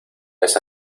esa